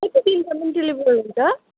एकै दिनको डेलिभर हुन्छ